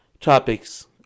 topics